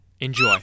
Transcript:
enjoy